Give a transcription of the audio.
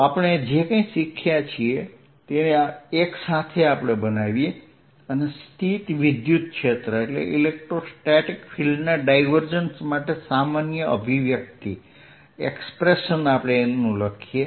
તો આપણે જે કંઇ શીખ્યા છે તેને એકસાથે બનાવો અને સ્થિત વિદ્યુત ક્ષેત્ર ના ડાયવર્જન્સ માટે સામાન્ય અભિવ્યક્તિ લખો